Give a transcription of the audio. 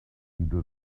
into